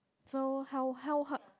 so how how how